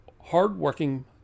hard-working